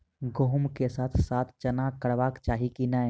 गहुम केँ साथ साथ चना करबाक चाहि की नै?